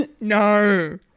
No